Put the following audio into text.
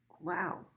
Wow